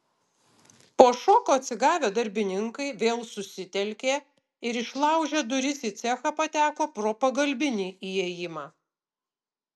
po šoko atsigavę darbininkai vėl susitelkė ir išlaužę duris į cechą pateko pro pagalbinį įėjimą